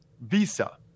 Visa